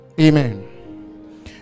Amen